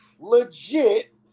Legit